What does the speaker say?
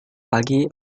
pagi